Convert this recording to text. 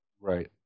Right